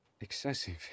excessive